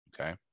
okay